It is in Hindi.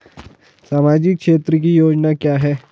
सामाजिक क्षेत्र की योजना क्या है?